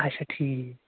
اَچھا ٹھیٖک